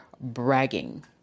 bragging